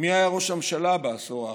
מי היה ראש ממשלה בעשור האחרון?